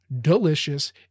delicious